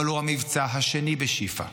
אבל הוא המבצע השני בשיפא.